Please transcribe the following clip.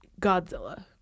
Godzilla